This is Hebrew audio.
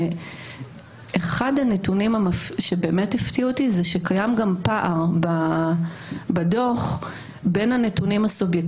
ואחד הנתונים שהפתיעו אותי זה שקיים פער בדוח בין הנתונים.